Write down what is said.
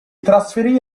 trasferì